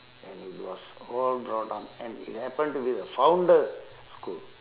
and it was all brought up and it happened to be the founder school